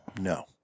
No